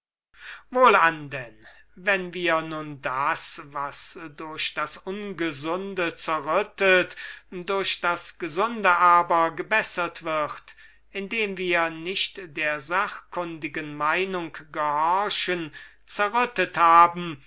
wohlan denn wenn wir nun das was durch das ungesunde zerrüttet durch das gesunde aber gebessert wird indem wir nicht der sachkundigen meinung gehorchen zerrüttet haben